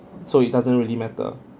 so it doesn't really matter